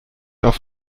auf